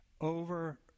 over